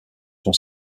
son